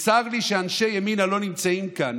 צר לי שאנשי ימינה לא נמצאים כאן.